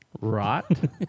Rot